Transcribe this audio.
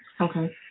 Okay